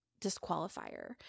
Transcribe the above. disqualifier